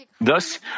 Thus